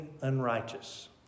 unrighteous